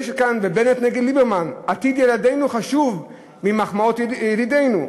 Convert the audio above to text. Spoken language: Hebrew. יש כאן בנט נגד ליברמן: עתיד ילדינו חשוב ממחמאות ידידינו.